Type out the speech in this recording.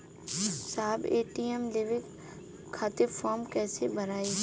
साहब ए.टी.एम लेवे खतीं फॉर्म कइसे भराई?